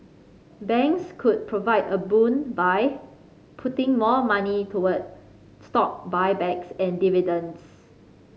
banks could provide a boon by putting more money toward stock buybacks and dividends